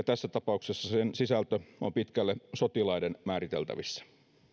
tässä tapauksessa sen sisältö on pitkälle sotilaiden määriteltävissä